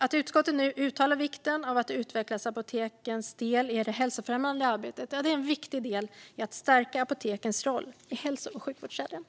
Att utskottet nu uttalar vikten av att utveckla apotekens del i det hälsofrämjande arbetet är en viktig del i att stärka apotekens roll i hälso och sjukvårdskedjan.